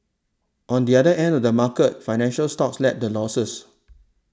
on the other end of the market financial stocks led the losses